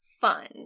fun